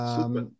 Super